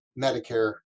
Medicare